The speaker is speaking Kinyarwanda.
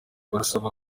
barasaba